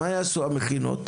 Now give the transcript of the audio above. מה יעשו המכינות?